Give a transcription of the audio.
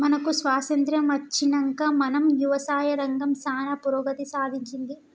మనకు స్వాతంత్య్రం అచ్చినంక మన యవసాయ రంగం సానా పురోగతి సాధించింది